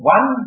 One